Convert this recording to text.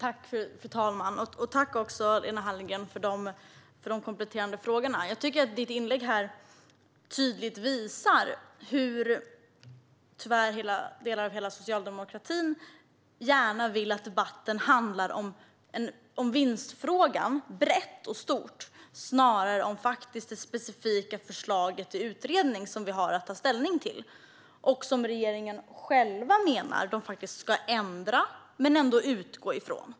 Fru talman! Jag tackar Lena Hallengren för de kompletterande frågorna. Jag tycker att hennes inlägg tydligt visar hur delar av socialdemokratin tyvärr gärna vill att debatten ska handla om vinstfrågan brett och stort snarare än om det specifika utredningsförslag som vi har att ta ställning till och som regeringen själv menar att den ska ändra men ändå utgå från.